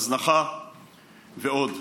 הזנחה ועוד.